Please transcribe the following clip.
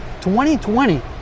2020